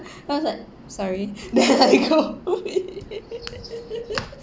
I was like sorry then I go